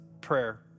prayer